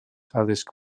addysg